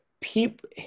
People